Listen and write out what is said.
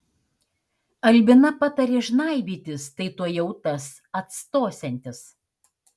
albina patarė žnaibytis tai tuojau tas atstosiantis